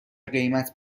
قیمت